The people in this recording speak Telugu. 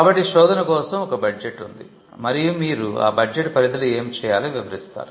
కాబట్టి శోధన కోసం ఒక బడ్జెట్ ఉంది మరియు మీరు ఆ బడ్జెట్ పరిధిలో ఏమి చేయాలో వివరిస్తారు